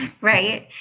right